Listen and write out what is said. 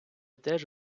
теж